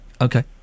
Okay